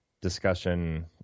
discussion